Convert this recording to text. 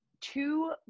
two